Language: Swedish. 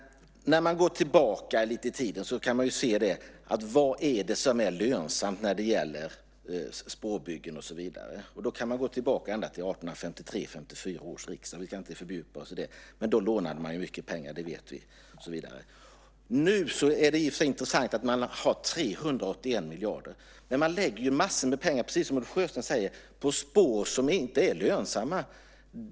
Men om vi går tillbaka lite i tiden kan vi se vad det är som är lönsamt när det gäller spårbyggen och så vidare. Vi kan gå tillbaka ända till 1853-1854 års riksdag. Vi kan inte fördjupa oss i det, men då lånade man ju mycket pengar. Det vet vi. Nu är det i och för sig intressant att man har 381 miljarder. Men man satsar ju massor av pengar, precis som Ulf Sjösten säger, på spår som inte är lönsamma.